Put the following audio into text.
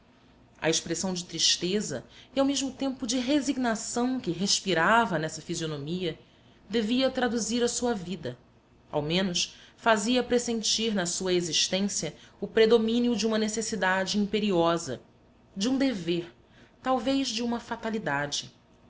a expressão de tristeza e ao mesmo tempo de resignação que respirava nessa fisionomia devia traduzir a sua vida ao menos fazia pressentir na sua existência o predomínio de uma necessidade imperiosa de um dever talvez de uma fatalidade